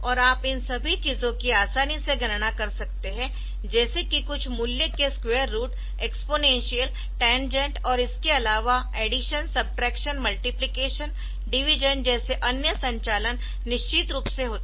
और आप इन सभी चीजों कि आसानी से गणना कर सकते है जैसे कि कुछ मूल्य के स्क्वायर रुट एक्सपोनेंशियल टयाजेंट और इसके अलावा एडिशन सबट्रैक्शन मल्टीप्लिकेशन डिवीजन जैसे अन्य संचालन निश्चित रूप से होते है